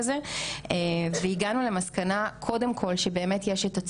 וזה באמת התגובה המיידית,